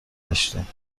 داشتیم